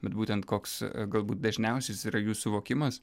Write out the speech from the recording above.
bet būtent koks galbūt dažniausias yra jų suvokimas